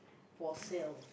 for sale